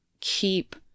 keep